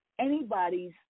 anybody's